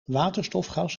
waterstofgas